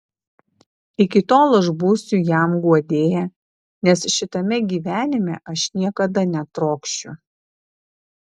iki tol aš būsiu jam guodėja nes šitame gyvenime aš niekada netrokšiu